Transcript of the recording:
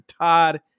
Todd